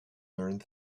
learned